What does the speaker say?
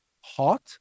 hot